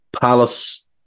Palace